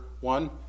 one